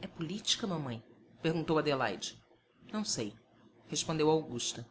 é política mamãe perguntou adelaide não sei respondeu augusta